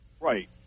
right